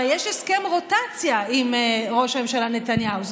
הרי יש הסכם רוטציה עם ראש הממשלה נתניהו.